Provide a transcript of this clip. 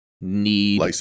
need